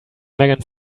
megan